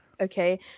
okay